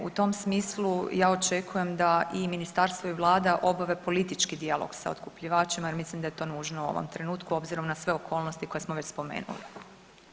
U tom smislu ja očekujem da i ministarstvo i vlada obave politički dijalog sa otkupljivačima jer mislim da je to nužno u ovom trenutku obzirom na sve okolnosti koje smo već spomenuli.